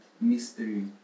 mystery